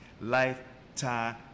lifetime